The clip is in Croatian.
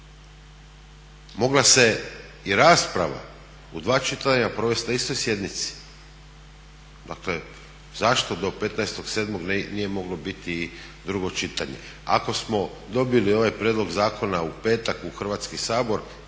Mogla se i rasprava u dva čitanja provest na istoj sjednici, dakle zašto do 15.7. nije moglo biti drugo čitanje. Ako smo dobili ovaj prijedlog zakona u petak u Hrvatski sabor,